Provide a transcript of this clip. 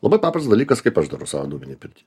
labai paprastas dalykas kaip aš darau savo dūminėj pirty